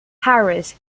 harris